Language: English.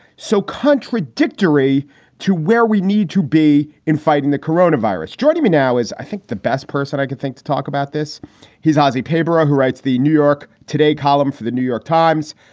so contradictory to where we need to be in fighting the corona virus. joining me now is, i think, the best person i could think to talk about this, his ah he's papero who writes the new york today column for the new york times.